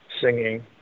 singing